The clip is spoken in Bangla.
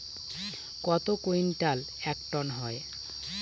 কত কুইন্টালে এক টন হয়?